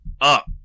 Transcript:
up